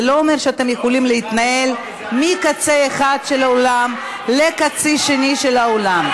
זה לא אומר שאתם יכולים להתנהל מקצה אחד של האולם לקצה שני של האולם.